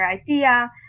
idea